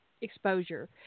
exposure